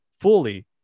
fully